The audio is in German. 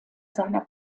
seiner